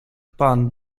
pan